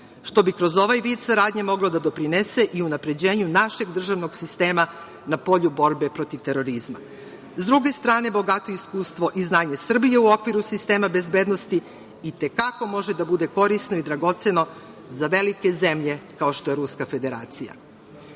što bi kroz ovaj vid saradnje moglo da doprinese i unapređenju našeg državnog sistema na polju borbe protiv terorizma.S druge strane, bogato iskustvo i znanje Srbije u okviru sistema bezbednosti i te kako može da bude korisno i dragoceno za velike zemlje kao što je Ruska Federacija. Uzimajući